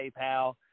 paypal